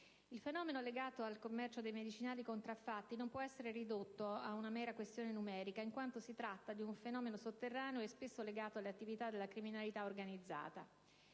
Il fenomeno legato al commercio dei medicinali contraffatti non può essere ridotto a una mera questione numerica, in quanto si tratta di un fenomeno sotterraneo e spesso legato alle attività della criminalità organizzata.